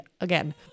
Again